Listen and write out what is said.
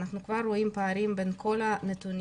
אנחנו כבר רואים פערים בין כל הנתונים.